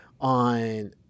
on